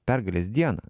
pergalės dieną